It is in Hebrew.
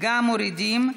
גם מורידים.